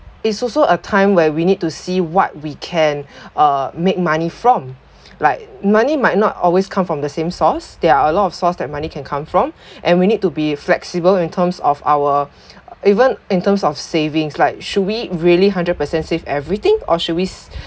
is also a time where we need to see what we can uh make money from like money might not always come from the same source there are a lot of source that money can come from and we need to be flexible in terms of our even in terms of savings like should we really hundred percent save everything or should we